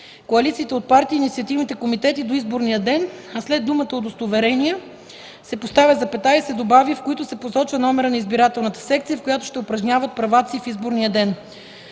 коалициите от партии и инициативните комитети до изборния ден”, а след думата „удостоверения” се поставя запетая и се добавя „в които се посочва номера на избирателната секция, в която ще упражняват правата си в изборния ден”;